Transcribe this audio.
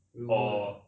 rumours